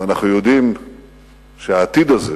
ואנחנו יודעים שהעתיד הזה